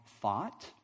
thought